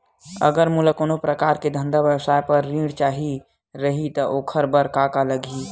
अगर मोला कोनो प्रकार के धंधा व्यवसाय पर ऋण चाही रहि त ओखर बर का का लगही?